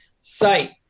site